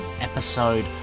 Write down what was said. episode